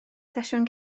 sesiwn